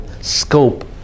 scope